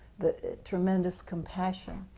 the tremendous compassion.